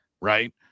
Right